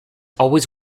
always